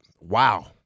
wow